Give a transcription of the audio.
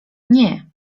nie